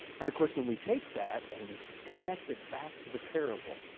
and of course when we take that and we connect it back to the parable,